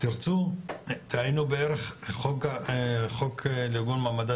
תרצו תעיינו בערך חוק לעיגון מעמדה